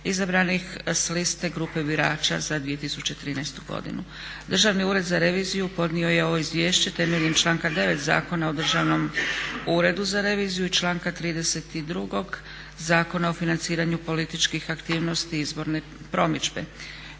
izabranih s liste grupe birača za 2013. godinu Državni ured za reviziju podnio je ovo izvješće temeljem članka 9. Zakona o Državnom uredu za reviziju i članka 32. Zakona o financiranju političkih aktivnosti izborne promidžbe.